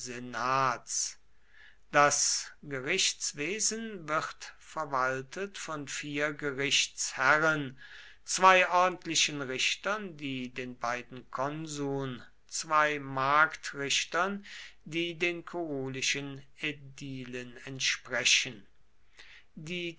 das gerichtswesen wird verwaltet von vier gerichtsherren zwei ordentlichen richtern die den beiden konsuln zwei marktrichtern die den kurulischen ädilen entsprechen die